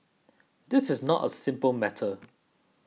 this is not a simple matter